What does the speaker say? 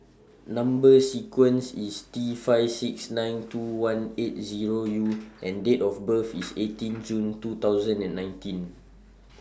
Number sequence IS T five six nine two one eight Zero U and Date of birth IS eighteen June two thousand and nineteen